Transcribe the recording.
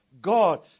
God